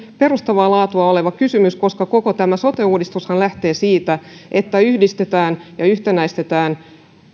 perustavaa laatua oleva kysymys koska koko tämä sote uudistushan lähtee siitä että yhdistetään ja yhtenäistetään